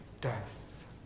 death